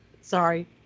Sorry